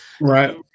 right